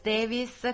Davis